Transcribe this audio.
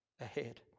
ahead